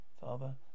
father